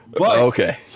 Okay